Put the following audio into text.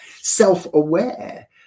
self-aware